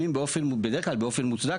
בדרך כלל באופן מוצדק,